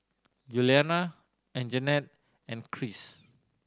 Yuliana Anjanette and Kris